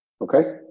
Okay